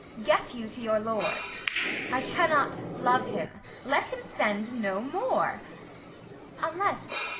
get you to your lord i cannot love him let him send no more unless,